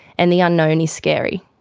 and the unknown is scary.